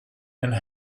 and